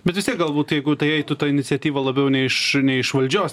bet vis tiek galbūt jeigu tai eitų ta iniciatyva labiau ne iš ne iš valdžios